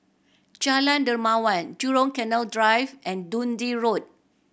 Jalan Dermawan Jurong Canal Drive and Dundee Road